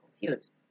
confused